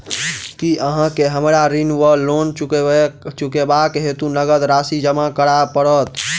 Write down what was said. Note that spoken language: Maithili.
की अहाँ केँ हमरा ऋण वा लोन चुकेबाक हेतु नगद राशि जमा करऽ पड़त?